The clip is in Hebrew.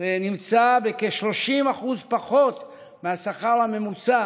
כ-30% פחות מהשכר הממוצע